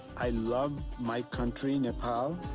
i love my country nepal.